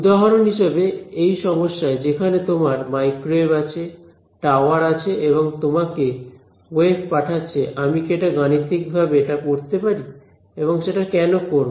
উদাহরণ হিসেবে এই সমস্যায় যেখানে তোমার মাইক্রোওয়েভ আছে টাওয়ার আছে এবং তোমাকে ওয়েভ পাঠাচ্ছে আমি কি এটা গাণিতিক ভাবে এটা পড়তে পারি এবং সেটা কেন করব